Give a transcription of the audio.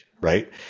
Right